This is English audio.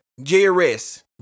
JRS